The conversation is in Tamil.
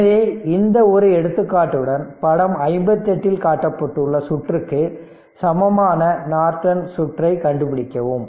எனவே இந்த ஒரு எடுத்துக்காட்டுடன் படம் 58 இல் காட்டப்பட்டுள்ள சுற்றுக்கு சமமான நார்டன் சுற்றை கண்டுபிடிக்கவும்